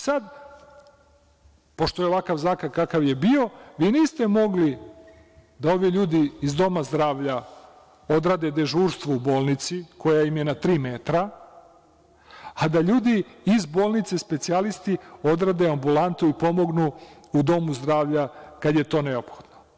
Sada, pošto je ovakav zakon kakav je bio, vi niste mogli da ovi ljudi iz doma zdravlja odrade dežurstvo u bolnici koja im je na tri metra, a da ljudi iz bolnice, specijalisti odrade ambulantu i pomognu u domu zdravlja kada je to neophodno.